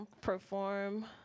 perform